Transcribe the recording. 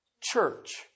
church